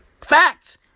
Facts